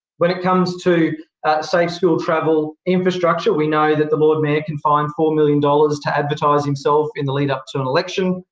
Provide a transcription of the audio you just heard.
when it comes to the safe school travel infrastructure, we know that the lord mayor can find four million dollars to advertise himself in the lead-up to an election,